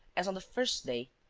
as on the first day,